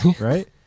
right